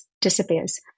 disappears